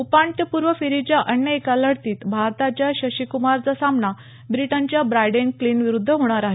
उपान्त्यपूर्व फेरीच्या अन्य एका लढतीत भारताच्या शशि कुमारचा सामना ब्रिटनच्या ब्राईडेन क्लीन विरुद्ध होणार आहे